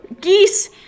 geese